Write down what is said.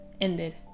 ended